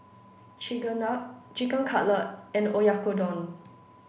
Chigenabe Chicken Cutlet and Oyakodon